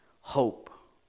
Hope